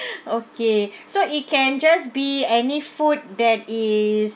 okay so it can just be any food that is